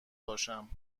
باشم